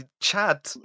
Chad